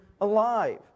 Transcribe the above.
alive